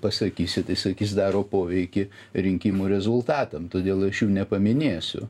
pasakysi tai sakys daro poveikį rinkimų rezultatam todėl aš jų nepaminėsiu